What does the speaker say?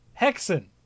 hexen